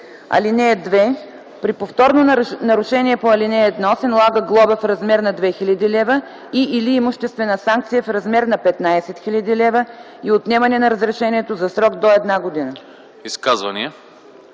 лв. (2) При повторно нарушение по ал. 1 се налага глоба в размер на 2000 лв. и/или имуществена санкция в размер на 15 000 лв. и отнемане на разрешението за срок до една година.”